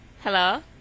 Hello